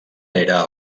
era